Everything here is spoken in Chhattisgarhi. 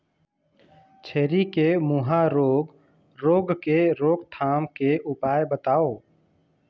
छेरी के मुहा रोग रोग के रोकथाम के उपाय बताव?